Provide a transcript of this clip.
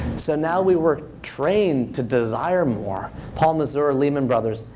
so now we were trained to desire more. paul mazur, lehman brothers,